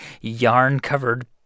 yarn-covered